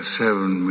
seven